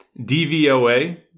DVOA